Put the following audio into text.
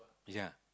ya